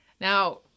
now